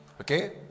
Okay